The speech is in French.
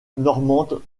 normandes